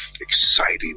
exciting